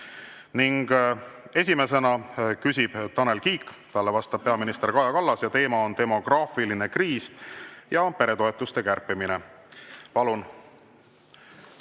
Esimesena küsib Tanel Kiik, talle vastab peaminister Kaja Kallas ja teema on demograafiline kriis ja peretoetuste kärpimine. Palun!